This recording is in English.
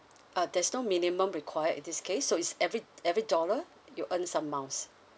ah there's no minimum required in this case so it's every every dollar you earn some miles